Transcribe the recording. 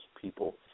people